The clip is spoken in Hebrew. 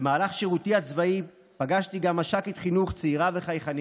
במהלך שירותי הצבאי פגשתי גם מש"קית חינוך צעירה וחייכנית.